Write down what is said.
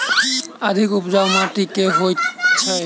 अधिक उपजाउ माटि केँ होइ छै?